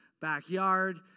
backyard